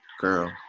girl